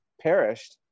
perished